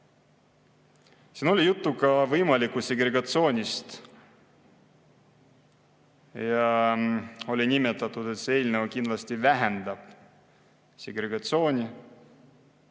Siin oli juttu ka võimalikust segregatsioonist ja nimetati, et see eelnõu kindlasti vähendab segregatsiooni.